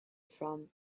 from